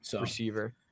receiver